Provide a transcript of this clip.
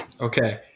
okay